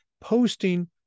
posting